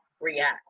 react